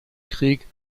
krieg